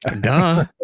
duh